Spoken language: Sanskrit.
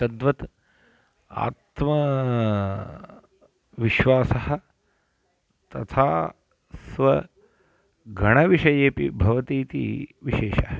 तद्वत् आत्माविश्वासः तथा स्वगणविषयेपि भवति इति विशेषः